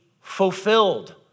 fulfilled